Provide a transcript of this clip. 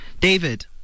David